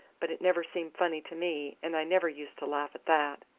but it never seemed funny to me, and i never used to laugh at that.